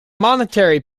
monetary